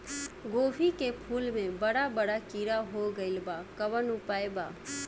गोभी के फूल मे बड़ा बड़ा कीड़ा हो गइलबा कवन उपाय बा?